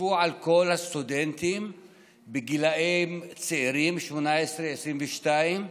תחשבו על כל הסטודנטים בגילאים צעירים, 18 22,